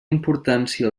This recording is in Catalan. importància